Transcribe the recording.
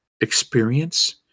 experience